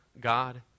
God